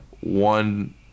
one